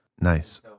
Nice